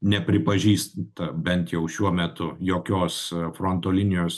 nepripažįsta bent jau šiuo metu jokios fronto linijos